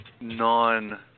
non-